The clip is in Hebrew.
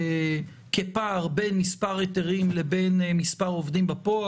כפער בין מספר היתרים לבין מספר עובדים בפועל,